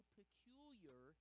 peculiar